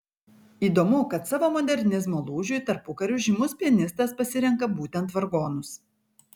įdomu kad savo modernizmo lūžiui tarpukariu žymus pianistas pasirenka būtent vargonus